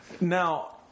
Now